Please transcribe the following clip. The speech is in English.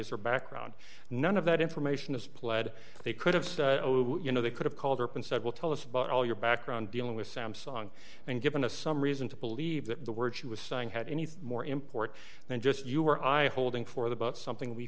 is her background none of that information is pled they could have you know they could have called her up and said well tell us about all your background dealing with samsung and given us some reason to believe that the word she was saying had anything more import than just you were i holding for the book something we